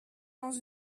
dans